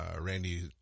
Randy